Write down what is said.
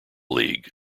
league